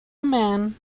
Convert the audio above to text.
man